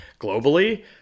globally